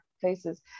places